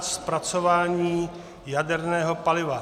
N216 zpracování jaderného paliva.